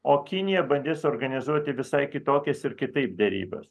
o kinija bandys suorganizuoti visai kitokias ir kitaip derybas